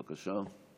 בבקשה.